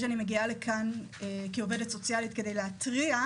אני חושבת שאני מגיעה לכאן כעובדת סוציאלית כדי להתריע,